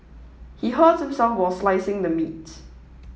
he hurt himself while slicing the meat